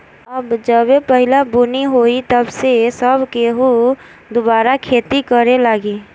अब जबे पहिला बुनी होई तब से सब केहू दुबारा खेती करे लागी